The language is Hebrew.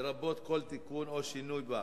לרבות כל תיקון או שינוי בה.